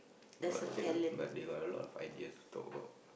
but they got but they got a lot of ideas to talk about